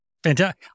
Fantastic